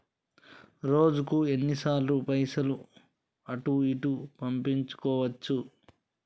రోజుకు ఎన్ని సార్లు పైసలు అటూ ఇటూ పంపించుకోవచ్చు?